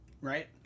right